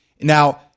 Now